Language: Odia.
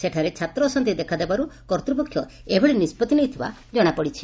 ସେଠାରେ ଛାତ୍ର ଅଶାନ୍ତି ଦେଖା ଦେବାରୁ କର୍ତ୍ତ୍ପକ୍ଷ ଏଭଳି ନିଷ୍ବଉ୍ତି ନେଇଥିବା ଜଣାପଡ଼ିଛି